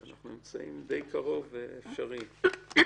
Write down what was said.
אנחנו נמצאים די קרוב, וזה אפשרי.